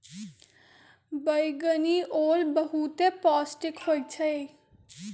बइगनि ओल बहुते पौष्टिक होइ छइ